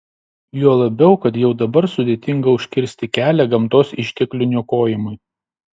juo labiau kad jau dabar sudėtinga užkirsti kelią gamtos išteklių niokojimui